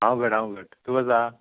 हांव घट्ट हांव घट्ट तूं कसो आहा